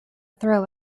throw